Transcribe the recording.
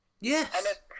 Yes